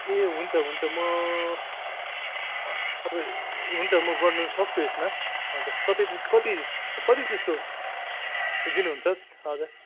ए हुन्छ हुन्छ म अब हुन्छ म गर्नुसक्छु यसमा हजुर तपाईँले कति कति जस्तो दिनुहुन्छ हजुर